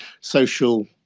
social